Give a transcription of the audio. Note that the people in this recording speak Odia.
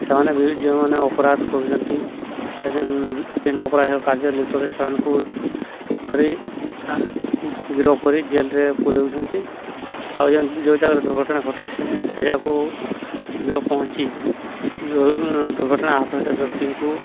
ସେମାନେ ବି ଯେଉଁମାନେ ଅପରାଧ କରୁଚନ୍ତି ଯେନ୍ ବିଭିନ୍ନ ଅପରାଧ କାର୍ଯ୍ୟ ଲିପ୍ତରେ ସେମାନଙ୍କୁ ଧରି ଗିରଫ୍ କରି ଜେଲ୍ରେ ପୁରଉଛନ୍ତି ଆଉ ଯେନ୍ ଯେଉଁ ଜାଗାରେ ଦୁର୍ଘଟଣା ଘଟିଛି ସେ ସେ ଯାଗାକୁ ଶୀଘ୍ର ପହଞ୍ଚି ଦୁର୍ଘଟଣା ଆହତ ହୋଇଥିବା ବ୍ୟକ୍ତିଙ୍କୁ